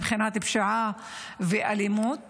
מבחינת פשיעה ואלימות